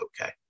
okay